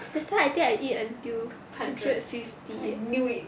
that time I think I eat until hundred fifty ah